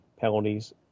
penalties